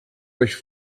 euch